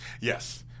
Yes